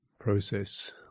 process